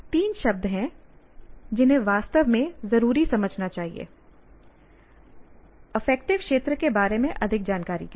ये तीन शब्द हैं जिन्हें वास्तव में जरूर समझना चाहिए अफेक्टिव क्षेत्र के बारे में अधिक जानकारी के लिए